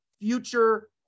future